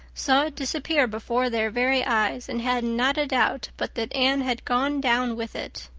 saw it disappear before their very eyes and had not a doubt but that anne had gone down with it.